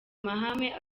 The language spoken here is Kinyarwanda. mahame